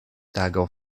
tago